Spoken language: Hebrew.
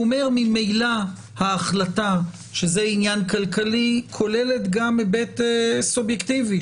הוא אומר שממילא ההחלטה שזה עניין כלכלי כוללת גם היבט סובייקטיבי,